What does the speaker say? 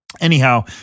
anyhow